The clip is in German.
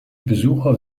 besucher